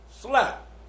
SLAP